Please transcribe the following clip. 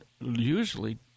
usually